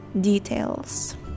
details